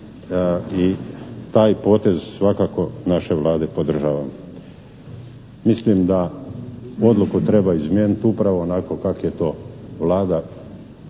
i taj potez svakako naše Vlade podržavam. Mislim da odluku treba izmijeniti upravo onako kako je to Vlada